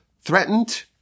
threatened